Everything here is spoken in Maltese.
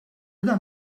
dan